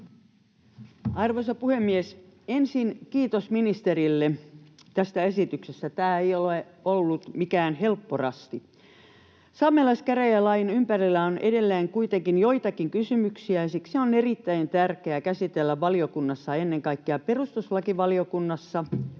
Arvoisa puhemies! Ensin kiitos ministerille tästä esityksestä. Tämä ei ole ollut mikään helppo rasti. Saamelaiskäräjälain ympärillä on edelleen kuitenkin joitakin kysymyksiä, ja siksi on erittäin tärkeää käsitellä valiokunnassa, ennen kaikkea perustuslakivaliokunnassa,